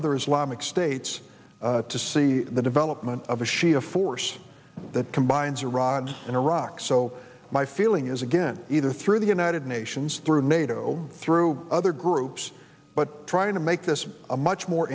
other islamic states to see the development of a shia force that combines arrives in iraq so my feeling is again either through the united nations through nato through other groups but trying to make this a much more